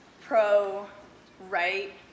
pro-right